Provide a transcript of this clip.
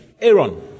Aaron